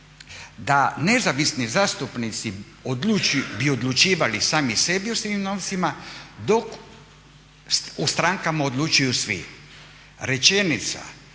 da nezavisni zastupnici bi odlučivali sami sebi o … dok u strankama odlučuju svi. Rečenica